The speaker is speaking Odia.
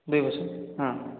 ଦୁଇ ବର୍ଷ ହଁ